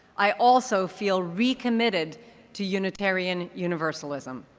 i also feel recommitted to unitarian universalism.